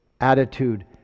attitude